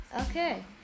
Okay